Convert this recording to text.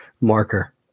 marker